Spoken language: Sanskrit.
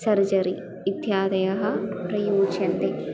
सर्जरी इत्यादयः प्रयुज्यन्ते